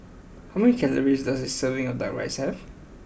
how many calories does a serving of Duck Rice have